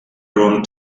room